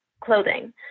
clothing